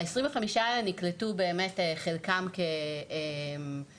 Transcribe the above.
ה-25 האלו נקלטו באמת חלקם על מלגות,